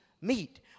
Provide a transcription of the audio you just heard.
meet